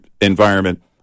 environment